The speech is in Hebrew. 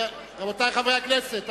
רבותי חברי הכנסת,